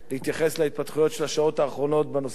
להתייחס להתפתחויות של השעות האחרונות בנושא של